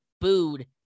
booed